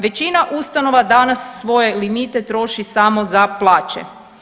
Većina ustanova danas svoje limite troši samo za plaće.